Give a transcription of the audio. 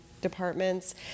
departments